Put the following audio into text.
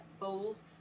fools